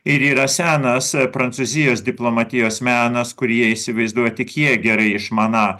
ir yra senas prancūzijos diplomatijos menas kur jie įsivaizduoja tik jie gerai išmaną